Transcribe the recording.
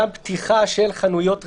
גם פתיחה של חנויות רחוב,